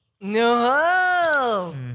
No